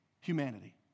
humanity